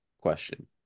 question